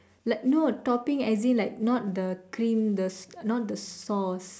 like no topping as in like not the cream the not the sauce